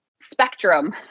spectrum